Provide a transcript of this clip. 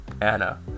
Anna